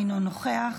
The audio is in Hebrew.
אינו נוכח,